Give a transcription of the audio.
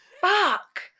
Fuck